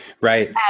Right